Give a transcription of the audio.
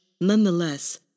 nonetheless